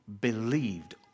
believed